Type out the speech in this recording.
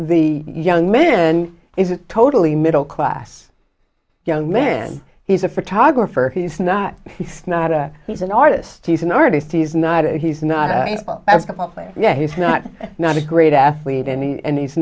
the young men is a totally middle class young man he's a photographer he's not he's not a he's an artist he's an artist he's not he's not he's not not a great athlete and he